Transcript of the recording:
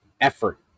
effort